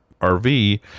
RV